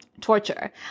torture